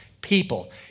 people